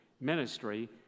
ministry